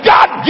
God